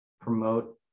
promote